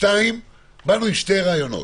שתיים, באנו עם שני רעיונות